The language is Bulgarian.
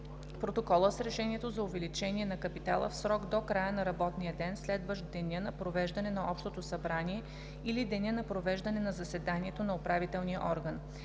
протокола с решението за увеличение на капитала в срок до края на работния ден, следващ деня на провеждане на общото събрание, или деня на провеждане на заседанието на управителния орган.“